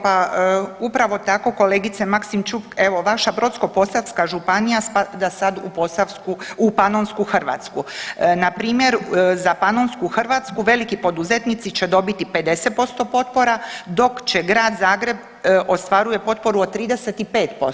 Pa upravo tako kolegice Maksimčuk, evo vaša Brodsko-posavska županija spada sad u Panonsku Hrvatsku, npr. za Panonsku Hrvatsku veliki poduzetnici će dobiti 50% potpora, dok će Grad Zagreb ostvaruje potporu od 35%